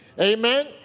Amen